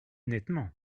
nettement